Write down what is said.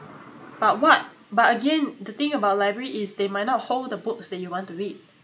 but what but again the thing about library is they might not hold the books that you want to read